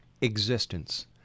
existence